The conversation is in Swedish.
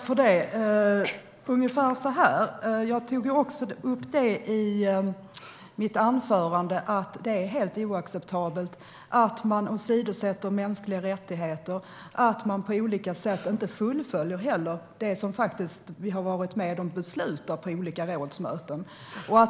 Fru talman! Jag tog också upp i mitt anförande att det är helt oacceptabelt att länder åsidosätter mänskliga rättigheter och att de inte fullföljer det de har varit med och beslutat om på olika rådsmöten.